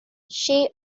she